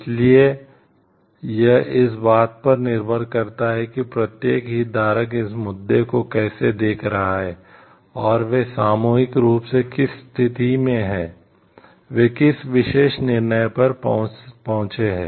इसलिए यह इस बात पर निर्भर करता है कि प्रत्येक हितधारक इस मुद्दे को कैसे देख रहा है और वे सामूहिक रूप से किस स्थिति में हैं वे किस विशेष निर्णय पर पहुंचे हैं